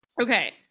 Okay